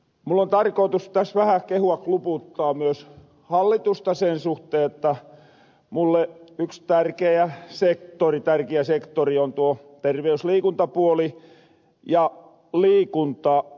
mulla on tarkootus tässä vähä kehua klupuuttaa myös hallitusta sen suhteen jotta mulle yks tärkeä sektori on tuo terveysliikuntapuoli ja liikunta